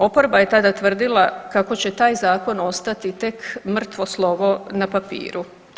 Oporba je tada tvrdila kako će taj zakon ostati tek mrtvo slovo na papiru.